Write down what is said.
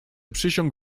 przysiąg